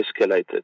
escalated